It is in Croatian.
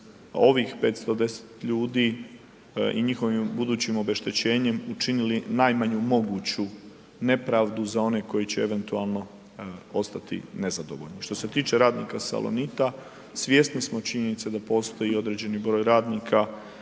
ovih 510 ljudi i njihovim budućim obeštećenjem učinili najmanju moguću nepravdu za one koji će eventualno ostati nezadovoljni. Što se tiče radnika Salonita, svjesni smo činjenice da postoji i određeni broj radnika